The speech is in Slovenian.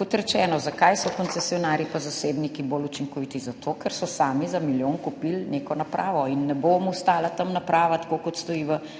Kot rečeno, zakaj so koncesionarji pa zasebniki bolj učinkoviti? Zato ker so sami za milijon kupili neko napravo in ne bo stala tam naprava, tako kot stoji v